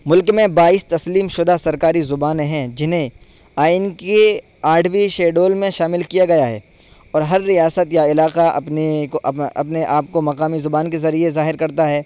ملک میں بائیس تسلیم شدہ سرکاری زبانیں ہیں جنہیں آئین کے آٹھویں شیڈول میں شامل کیا گیا ہے اور ہر ریاست یا علاقہ اپنے کو اپنے آپ کو مقامی زبان کے ذریعے ظاہر کرتا ہے